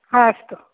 हा अस्तु